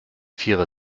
vierer